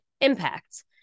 impact